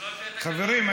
חברים,